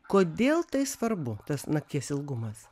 kodėl tai svarbu tas nakties ilgumas